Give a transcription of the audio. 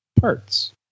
parts